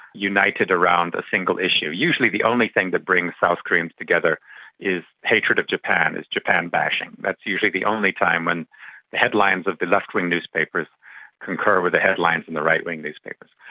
united around a single issue. usually the only thing that brings south koreans together is hatred of japan, is japan bashing, that's usually the only time when the headlines of the left-wing newspapers concur with the headlines of and the right-wing newspapers.